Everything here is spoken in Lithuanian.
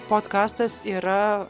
podkastas yra